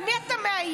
על מי אתה מאיים?